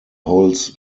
holds